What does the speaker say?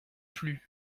plus